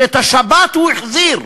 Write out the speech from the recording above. שאת השבת הוא החזיר.